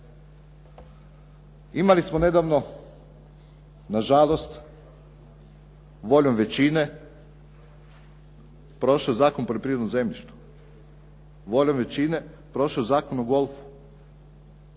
Ima li smo nedavno nažalost voljom većine prošao je Zakon o poljoprivrednom zemljištu, voljom većine prošao je Zakon o golfu.